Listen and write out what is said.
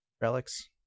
relics